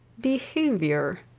behavior